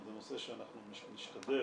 זה נושא שאנחנו נשתדל,